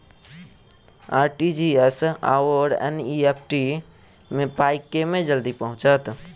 RTGS आओर NEFT मे पाई केँ मे जल्दी पहुँचत?